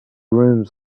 rooms